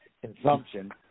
consumption